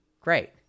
Great